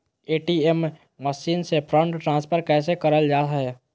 ATM machine से fund transfer कैसे करल जा है?